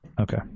Okay